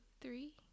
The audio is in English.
three